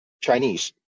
Chinese